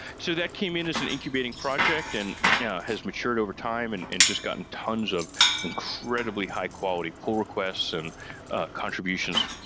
so that came in as an incubating project and has matured over time and and just gotten tons of incredibly high-quality pool requests and ah contributions,